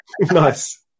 Nice